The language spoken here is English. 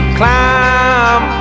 climb